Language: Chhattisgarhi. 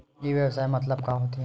ई व्यवसाय मतलब का होथे?